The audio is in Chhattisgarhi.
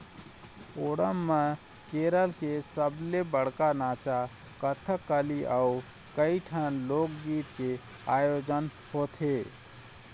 ओणम म केरल के सबले बड़का नाचा कथकली अउ कइठन लोकगीत के आयोजन होथे